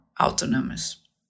autonomous